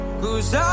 cause